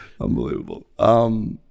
Unbelievable